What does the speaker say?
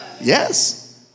Yes